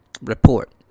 report